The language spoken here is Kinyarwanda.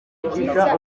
byiza